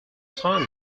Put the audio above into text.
time